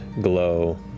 glow